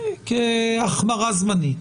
כהחמרה זמנית,